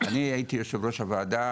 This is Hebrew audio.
אני הייתי יושב-ראש הוועדה,